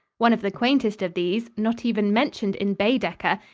one of the quaintest of these, not even mentioned in baedeker,